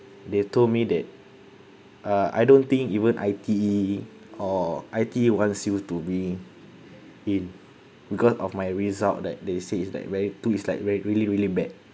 they told me that uh I don't think even I_T_E or I_T_E wants you to be in because of my result that they say it's like very too it's like really really really bad